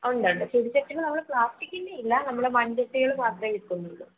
ഉണ്ട് ഉണ്ട് ചെടിച്ചട്ടികൾ നമ്മൾ പ്ലാസ്റ്റിക്കിൻ്റെ ഇല്ല നമ്മള് മൺചട്ടികൾ മാത്രമേ വിൽക്കുന്നുള്ളൂ